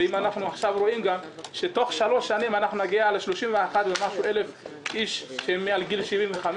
ואם אנחנו רואים שתוך שלוש שנים נגיע ל-31,000 ומשהו איש שמעל גיל 75,